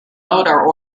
motor